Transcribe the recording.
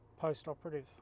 post-operative